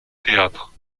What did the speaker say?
théâtre